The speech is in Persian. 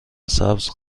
سبز